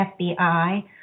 FBI